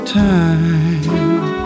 time